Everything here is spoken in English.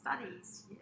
studies